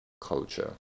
culture